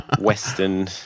western